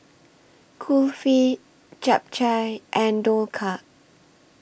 Kulfi Japchae and Dhokla